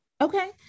Okay